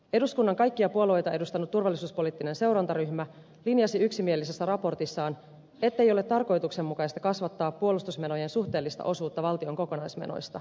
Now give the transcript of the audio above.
eduskunnan kaikkia puolueita edustanut turvallisuuspoliittinen seurantaryhmä linjasi yksimielisessä raportissaan ettei ole tarkoituksenmukaista kasvattaa puolustusmenojen suhteellista osuutta valtion kokonaismenoista